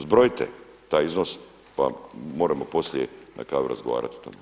Zbrojite taj iznos pa moremo poslije na kavi razgovarati o tome.